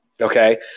Okay